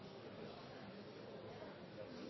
Statsråd